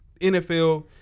NFL